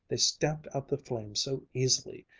they stamped out the flames so easily,